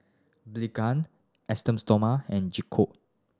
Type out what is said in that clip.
Blephagel Esteem Stoma and Gingko